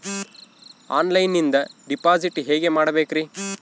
ಆನ್ಲೈನಿಂದ ಡಿಪಾಸಿಟ್ ಹೇಗೆ ಮಾಡಬೇಕ್ರಿ?